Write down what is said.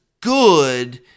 good